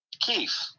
keith